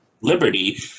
Liberty